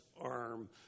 arm